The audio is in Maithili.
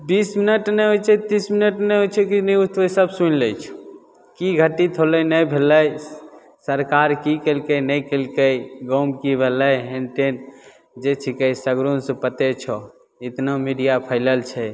बीस मिनट नहि होइ छै तीस मिनट नहि होइ छै कि न्यूज तूसभ सुनि लै छहो कि घटित होलै नहि भेलै सरकार कि केलकै नहि केलकै गाममे कि भेलै हेनटेन जे छिकै सगरोसँ पते छौ एतना मीडिआ फैलल छै